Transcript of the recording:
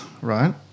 right